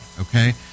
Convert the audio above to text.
okay